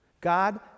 God